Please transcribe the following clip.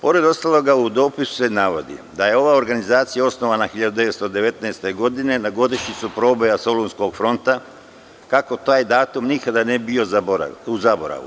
Pored ostalog, u dopisu se navodi da je ova organizacija osnovana 1919. godine na godišnjicu proboja Solunskog fronta, kako taj datum nikada ne bi bio zaboravljen.